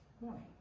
morning